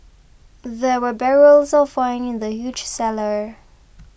there were barrels of wine in the huge cellar